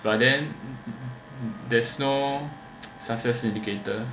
but then there's no success indicator